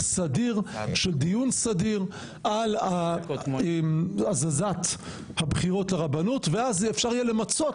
סדיר של דיון סדיר על הזזת הבחירות לרבנות ואז אפשר יהיה למצות